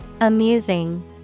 Amusing